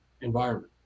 environment